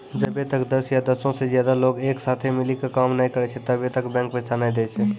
जब्बै तक दस या दसो से ज्यादे लोग एक साथे मिली के काम नै करै छै तब्बै तक बैंक पैसा नै दै छै